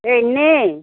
এই ইনেই